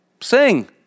Sing